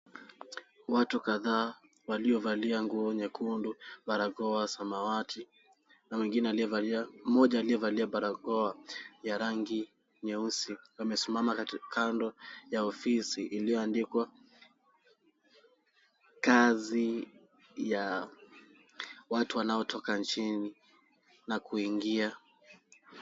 Watu kadhaa waliovalia nguo nyekundu, barakoa samawati na wengine waliovalia mmoja aliyevaa barakoa ya rangi nyeusi amesimama kando ya ofisi iliyoandikwa kazi ya watu wanaotoka nchini na kuingia.